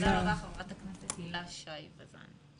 תודה רבה חברת הכנסת הילה שי וזאן.